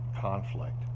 conflict